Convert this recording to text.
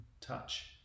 touch